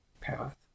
path